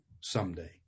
someday